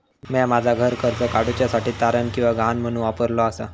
म्या माझा घर कर्ज काडुच्या साठी तारण किंवा गहाण म्हणून वापरलो आसा